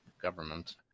government